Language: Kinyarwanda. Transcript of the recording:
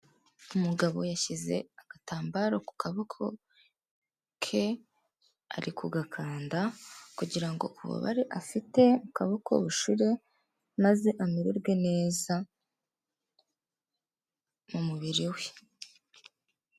Umugabo yashyize agatambaro ku kaboko ke ari ku gakanda kugira ngo ububabare afite mu kaboko bushire maze amererwe neza mu mubiri we.